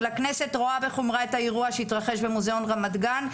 הכנסת רואה בחומרה את האירוע שהתרחש במוזיאון רמת גן,